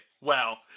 wow